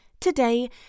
today